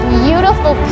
beautiful